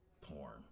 porn